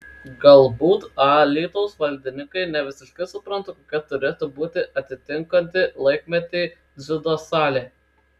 galbūt alytaus valdininkai ne visiškai supranta kokia turėtų būti atitinkanti laikmetį dziudo salė